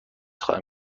خواهم